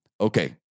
Okay